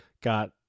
got